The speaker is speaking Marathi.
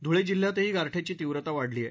धुळे जिल्ह्यातही गारठ्याची तीव्रता वाढली आहे